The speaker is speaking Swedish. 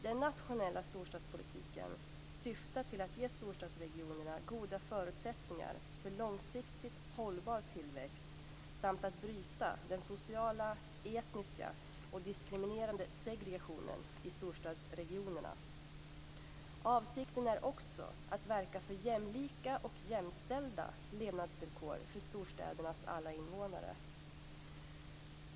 Den nationella storstadspolitiken syftar till att ge storstadsregionerna goda förutsättningar för långsiktigt hållbar tillväxt samt att bryta den sociala, etniska och diskriminerande segregationen i storstadsregionerna. Avsikten är också att verka för jämlika och jämställda levnadsvillkor för storstädernas alla invånare.